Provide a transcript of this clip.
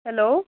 hello